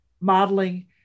modeling